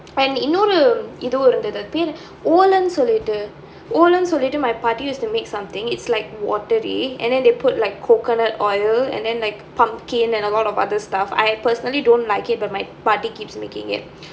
இன்னொரு இது இருந்துச்சு பேரு:innoru ithun irunthuchu peru olen சொல்லிட்டு:solittu olen சொல்லிட்டு:solittu my paati use to make something it's like watery and then they put like coconut oil and then like pumpkin and a lot of other stuff I personally don't like it but my paati keeps making it